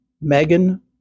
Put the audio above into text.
Megan